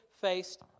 faced